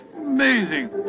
Amazing